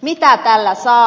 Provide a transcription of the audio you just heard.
mitä tällä saa